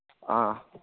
ꯑ